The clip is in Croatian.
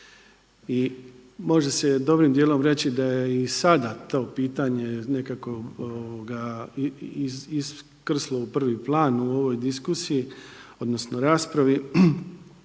i može se dobrim dijelom reći da je i sada to pitanje nekako iskrslo u prvi plan u ovoj diskusiji, odnosno raspravi